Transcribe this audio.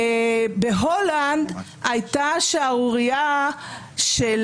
בהולנד הייתה שערורייה של